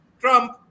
Trump